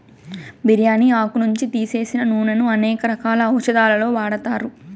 బిర్యాని ఆకు నుంచి తీసిన నూనెను అనేక రకాల ఔషదాలలో వాడతారు